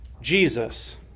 Jesus